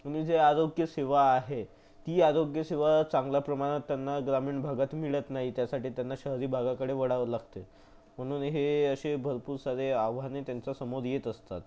तुमी जे आरोग्यसेवा आहे ती आरोग्यसेवा चांगल्या प्रमाणात त्यांना ग्रामीण भागात मिळत नाही त्यासाठी त्यांना शहरी भागाकडे वळावं लागते म्हणून हे असे भरपूर सारे आव्हाने त्यांच्यासमोर येत असतात